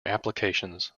applications